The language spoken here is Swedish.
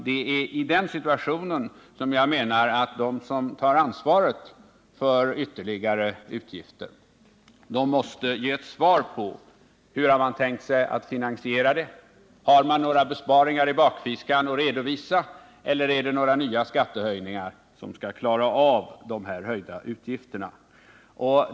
Det är i den situationen de som tar ansvaret för ytterligare utgifter måste ge ett svar på frågorna: Hur har man tänkt sig att finansiera dem? Har man några besparingar i bakfickan att redovisa? Eller är det några nya skattehöjningar som skall klara av de höjda utgifterna?